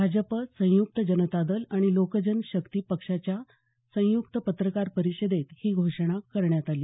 भाजप संयुक्त जनता दल आणि लोकजन शक्ती पक्षाच्या संयुक्त पत्रकार परिषदेत ही घोषणा करण्यात आली